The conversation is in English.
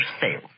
sale